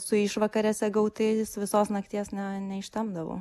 su išvakarėse gautais visos nakties ne neištempdavau